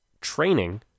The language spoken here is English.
training